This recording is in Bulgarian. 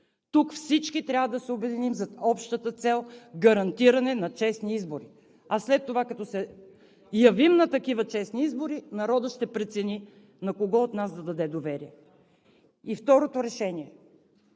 Тук всички трябва да се обединим зад общата цел – гарантиране на честни избори, а след това, като се явим на такива честни избори, народът ще прецени на кого от нас да даде доверие. И второто решение